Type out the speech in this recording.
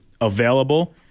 available